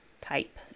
type